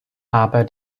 aber